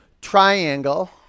triangle